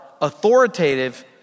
authoritative